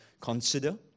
consider